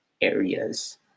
areas